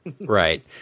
Right